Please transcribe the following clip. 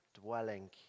dwelling